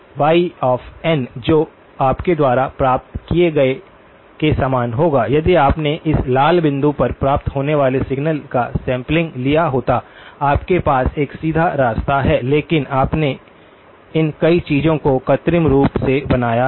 y of n जो आपके द्वारा प्राप्त किए गए के समान होगा यदि आपने इस लाल बिंदु पर प्राप्त होने वाले सिग्नल का सैंपलिंग लिया होता आपके पास एक सीधा रास्ता है लेकिन आपने इन कई चीजों को कृत्रिम रूप से बनाया है